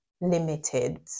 limited